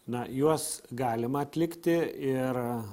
na juos galima atlikti ir